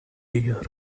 year